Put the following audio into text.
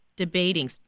Debating